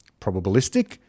Probabilistic